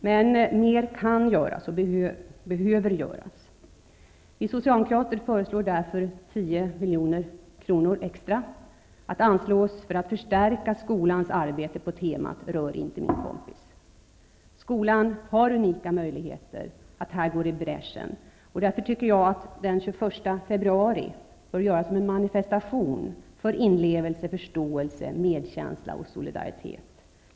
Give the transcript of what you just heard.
Men mer kan och behöver göras. Vi socialdemokrater föreslår därför att 10 milj.kr. extra skall anslås för att förstärka skolans arbete på temat ''Rör inte min kompis''. Skolan har unika möjligheter att gå i bräschen. Därför tycker jag att den 21 februari bör göras till en manifestation för inlevelse, förståelse, medkänsla och solidaritet.